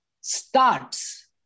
starts